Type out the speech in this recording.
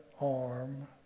arm